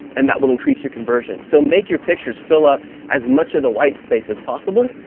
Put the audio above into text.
and that will increase your conversion. so make your pictures fill up as much of the white space as possible.